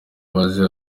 maze